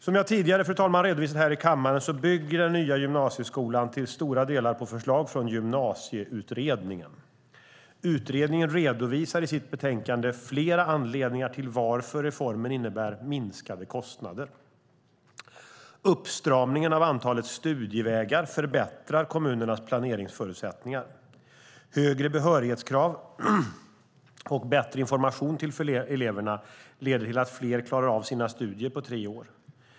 Som jag tidigare redovisat här i kammaren bygger den nya gymnasieskolan till stora delar på förslag från Gymnasieutredningen, Framtidsvägen - en reformerad gymnasieskola . Utredningen redovisar i sitt betänkande flera anledningar till varför reformen innebär minskade kostnader. Uppstramningen av antalet studievägar förbättrar kommunernas planeringsförutsättningar. Högre behörighetskrav och bättre information till eleverna leder till att fler klarar av sina studier på tre år.